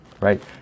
right